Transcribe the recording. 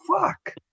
fuck